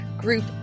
group